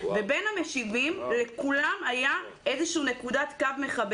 כל המשיבים היו באותו קו: